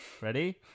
Ready